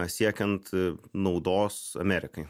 siekiant naudos amerikai